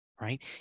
Right